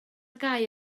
gau